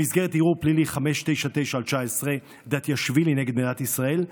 במסגרת ערעור פלילי 599/19 דטיאשווילי נ' מדינת ישראל,